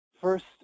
First